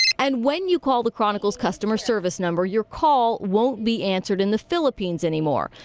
and when you call the chronicle's customer service number, your call won't be answered in the philippines anymore.